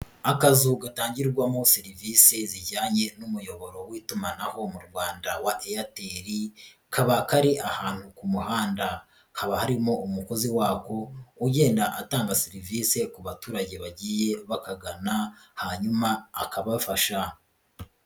Akazu gatangirwamo serivisi zijyanye n'umuyoboro w'itumanaho mu Rwanda wa Airtel, kaba kari ahantu ku muhanda, haba harimo umukozi wako ugenda atanga serivisi ku baturage bagiye bakagana, hanyuma akabafasha.